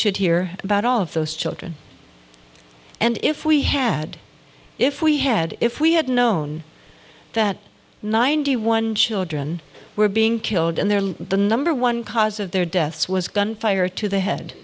should hear about all of those children and if we had if we had if we had known that ninety one children were being killed and there the number one cause of their deaths was gunfire to the head